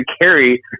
carry